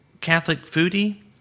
CatholicFoodie